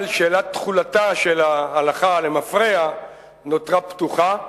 אבל שאלת תחולתה של ההלכה למפרע נותרה פתוחה,